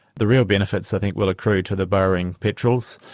the real benefits i think will accrue to the burrowing petrels.